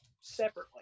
separately